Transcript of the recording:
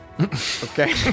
Okay